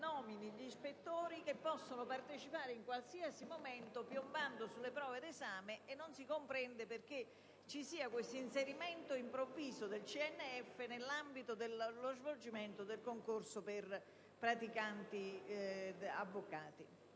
nomini gli ispettori che possono partecipare alle prove d'esame piombandovi in qualsiasi momento. Non si comprende perché vi sia questo inserimento improvviso del CNF nell'ambito dello svolgimento del concorso per praticanti avvocati.